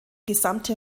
gesamte